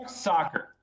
Soccer